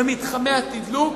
במתחמי התדלוק,